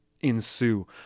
ensue